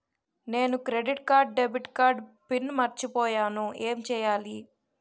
నేను credit card debit card PIN మర్చిపోయేను ఎం చెయ్యాలి?